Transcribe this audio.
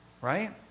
Right